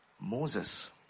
Moses